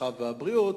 הרווחה והבריאות,